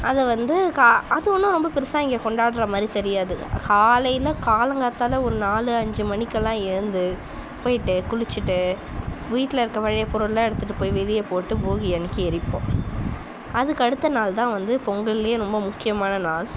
அதை வந்து கா அது ஒன்றும் ரொம்ப பெருசாக இங்கே கொண்டாடுற மாதிரி தெரியாது காலையில் காலங்கார்த்தாலே ஒரு நாலு அஞ்சு மணிக்கெலாம் எழுந்து போயிட்டு குளித்துட்டு வீட்டில் இருக்கிற பழைய பொருளெலாம் எடுத்துகிட்டு போய் வெளியே போட்டு போகி அன்றைக்கி எரிப்போம் அதுக்கு அடுத்த நாள் தான் வந்து பொங்கலில் ரொம்ப முக்கியமான நாள்